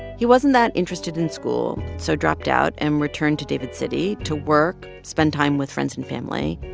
he wasn't that interested in school, so dropped out and returned to david city to work, spend time with friends and family.